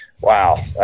wow